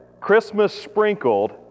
Christmas-sprinkled